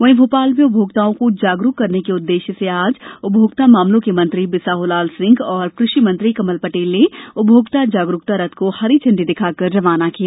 वहीं भोपाल में उपभोक्ताओं को जागरुक करने के उद्देश्य से आज उपभोक्ता मामलों के मंत्री बिसाहलाल सिंह और कृषि मंत्री कमल पटेल ने उपभोक्ता जागरुकता रथ को हरी झंडी दिखाकर रवाना किया गया